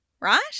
right